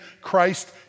Christ